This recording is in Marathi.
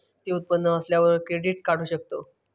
किती उत्पन्न असल्यावर क्रेडीट काढू शकतव?